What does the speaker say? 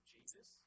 Jesus